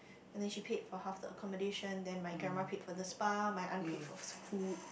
and then she paid for half the accommodation then my grandma paid for the spa my aunt paid for food